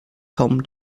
tom